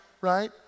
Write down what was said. right